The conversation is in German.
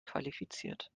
qualifiziert